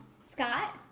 Scott